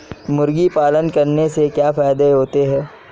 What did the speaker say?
मुर्गी पालन करने से क्या फायदा होता है?